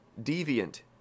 deviant